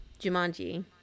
Jumanji